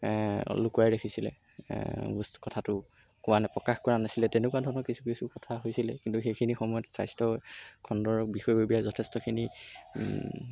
লুকুৱাই ৰাখিছিলে বস্তু কথাটো কোৱা প্ৰকাশ কৰা নাছিলে তেনেকুৱা ধৰণৰ কিছু কিছু কথা হৈছিলে কিন্তু সেইখিনি সময়ত স্বাস্থ্য খণ্ডৰ বিষয়ববীয়া যথেষ্টখিনি